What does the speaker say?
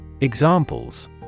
Examples